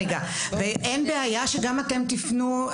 אין בעיה שגם אתם תפנו.